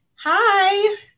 hi